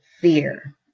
fear